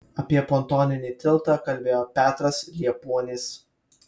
apie pontoninį tiltą kalbėjo petras liepuonis